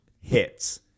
hits